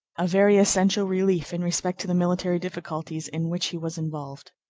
a very essential relief, in respect to the military difficulties in which he was involved.